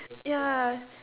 ya